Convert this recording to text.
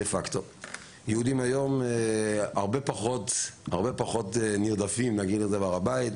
היום יהודים הרבה פחות נרדפים בהר הבית.